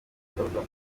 bikorwa